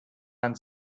man